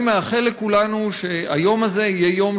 אני מאחל לכולנו שהיום הזה יהיה יום